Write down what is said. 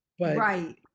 right